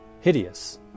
Hideous